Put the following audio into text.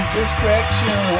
distraction